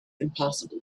impossible